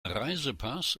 reisepass